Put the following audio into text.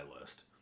list